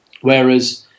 Whereas